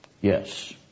Yes